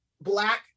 Black